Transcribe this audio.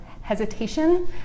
hesitation